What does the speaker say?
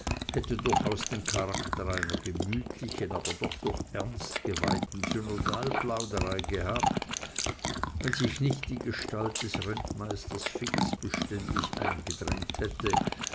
hätte durchaus den charakter einer gemütlichen aber doch durch ernst geweihten synodalplauderei gehabt wenn sich nicht die gestalt des rentmeisters fix beständig eingedrängt hätte